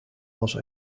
was